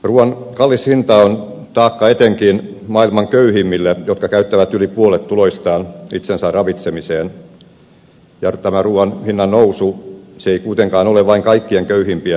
ruuan kallis hinta on taakka etenkin maailman köyhimmille jotka käyttävät yli puolet tuloistaan itsensä ravitsemiseen ja tämä ruuan hinnannousu ei kuitenkaan ole vain kaikkein köyhimpien ongelma